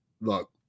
look